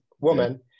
woman